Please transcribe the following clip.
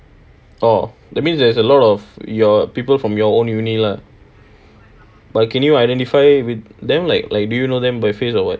oh that means there's a lot of your people from your own uni lah but can you identify with them like like do you know them by face or what